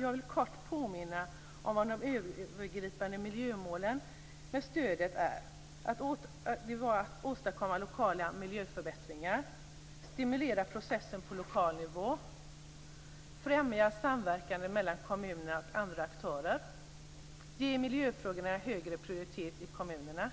Jag vill kortfattat påminna om vad de övergripande miljömålen med stödet är, nämligen att åstadkomma lokala miljöförbättringar, stimulera processer på lokal nivå, främja samverkan mellan kommuner och andra aktörer, ge miljöfrågorna högre prioritet i kommunerna,